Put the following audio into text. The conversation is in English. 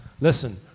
Listen